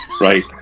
Right